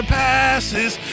passes